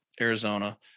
Arizona